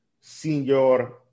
Senor